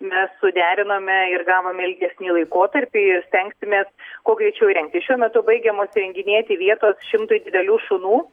mes suderinome ir gavome ilgesnį laikotarpį ir stengsimės kuo greičiau įrengti šiuo metu baigiamos įrenginėti vietos šimtui didelių šunų